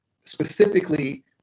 specifically